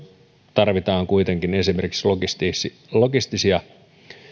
tarvitaan kuitenkin esimerkiksi logistisia logistisia